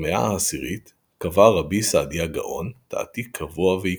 במאה העשירית קבע ר' סעדיה גאון תעתיק קבוע ועקבי.